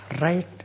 right